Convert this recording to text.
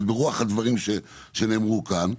ברוח הדברים שנאמרו כאן,